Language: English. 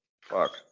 fuck